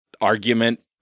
argument